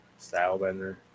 Stylebender